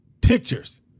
pictures